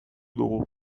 dugu